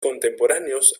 contemporáneos